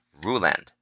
Ruland